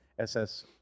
SS